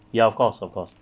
ya of course of course